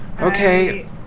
Okay